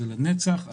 זה לנצח.